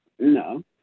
No